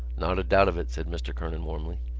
not a doubt of it, said mr. kernan warmly.